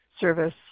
Service